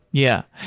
yeah.